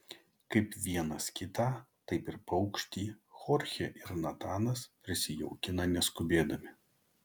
kaip vienas kitą taip ir paukštį chorchė ir natanas prisijaukina neskubėdami